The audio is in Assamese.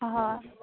হয়